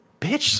bitch